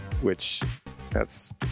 which—that's